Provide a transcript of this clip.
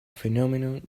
phenomenon